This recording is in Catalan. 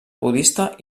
budista